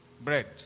bread